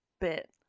bit